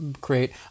create